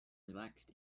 relaxed